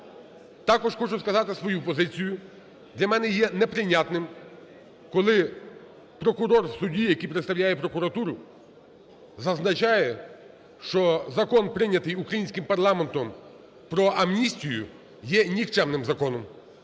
Також хочу сказати свою позицію. Для мене є неприйнятним, коли прокурор в суді, який представляє прокуратуру, зазначає, що Закон, прийнятий українським парламентом, про амністію, є нікчемним законом.